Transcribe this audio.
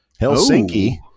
Helsinki